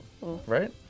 Right